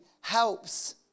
helps